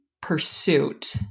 pursuit